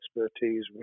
expertise